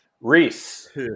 Reese